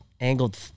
angled